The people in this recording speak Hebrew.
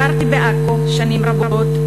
גרתי בעכו שנים רבות,